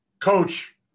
coach